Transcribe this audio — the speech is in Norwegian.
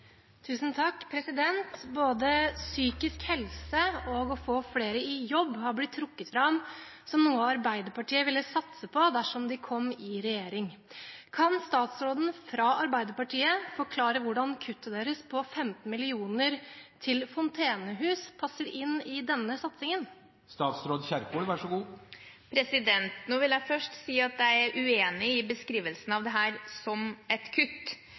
noe Arbeiderpartiet ville satse på dersom de kom i regjering. Kan statsråden fra Arbeiderpartiet forklare hvordan kuttet deres på 15 mill. kr til Fontenehus passer inn i denne satsingen?» Jeg vil først si at jeg er uenig i beskrivelsen av dette som et kutt.